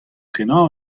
prenañ